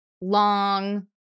long